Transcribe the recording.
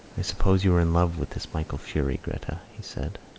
i suppose you were in love with this michael furey, gretta, he said.